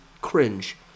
cringe